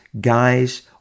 guys